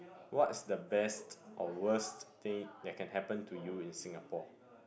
what's the best or worst thing that can happen to you in Singapore